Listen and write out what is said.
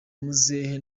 muzehe